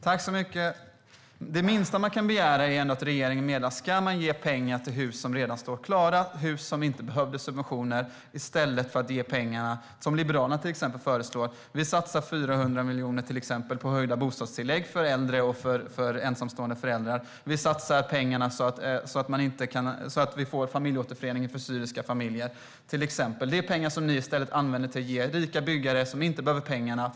Fru talman! Det minsta man kan begära är att regeringen meddelar om man ska ge pengar till hus som redan står klara - hus som inte behövde subventioner - i stället för att ge pengarna till det som Liberalerna föreslår. Vi vill till exempel satsa 400 miljoner på höjda bostadstillägg för äldre och för ensamstående föräldrar. Vi vill satsa pengar så att syriska familjer kan återförenas. Det är pengar som ni i stället använder till att ge till rika byggare som inte behöver dem.